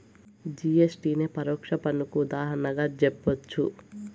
GST నే పరోక్ష పన్నుకు ఉదాహరణగా జెప్పచ్చు